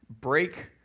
break